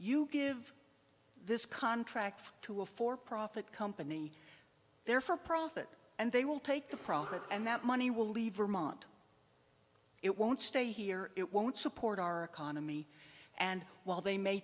you give this contract to a for profit company there for profit and they will take a profit and that money will lever mont it won't stay here it won't support our economy and while they may